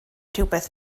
rhywbeth